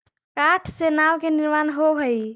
काठ से नाव के निर्माण होवऽ हई